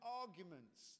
arguments